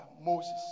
Moses